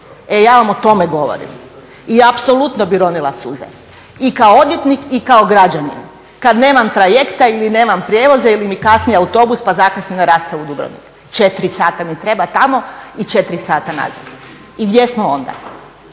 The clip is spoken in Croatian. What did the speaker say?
E ja vam o tome govorim. I apsolutno bih ronila suze i kao odvjetnik i kao građanin, kad nemam trajekta ili nemam prijevoza ili mi kasni autobus pa zakasnim na raspravu u Dubrovnik. Četiri sata mi treba tamo i četiri sata nazad i gdje smo onda?